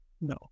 no